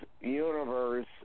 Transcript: universe